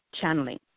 channeling